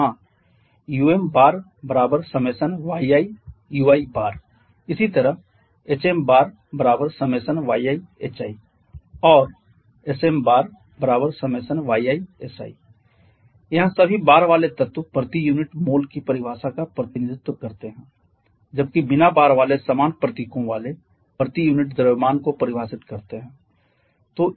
और हां umi1kyi ui इसी तरह hmi1kyi hi और smi1kyi si यहां सभी बार वाले तत्व प्रति यूनिट मोल की परिभाषा का प्रतिनिधित्व करते हैं जबकि बिना बार वाले समान प्रतीकों वाले प्रति यूनिट द्रव्यमान को परिभाषित करते हैं